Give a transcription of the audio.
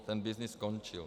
Ten byznys skončil.